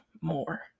more